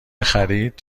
خرید